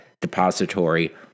depository